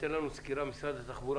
משרד התחבורה,